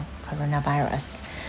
coronavirus